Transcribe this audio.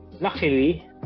luckily